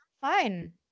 Fine